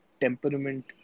temperament